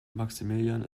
maximilian